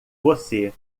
você